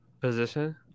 Position